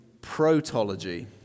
protology